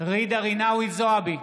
נגד יפעת שאשא ביטון,